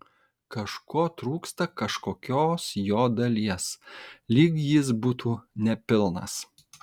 kažko trūksta kažkokios jo dalies lyg jis būtų nepilnas